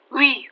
Oui